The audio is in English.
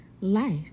Life